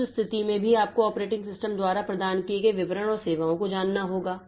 फिर उस स्थिति में भी आपको ऑपरेटिंग सिस्टम द्वारा प्रदान किए गए विवरण और सेवाओं को जानना होगा